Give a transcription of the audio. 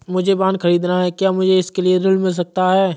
मुझे वाहन ख़रीदना है क्या मुझे इसके लिए ऋण मिल सकता है?